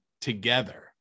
together